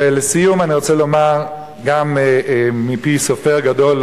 ולסיום אני רוצה לומר גם מפי סופר גדול,